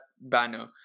banner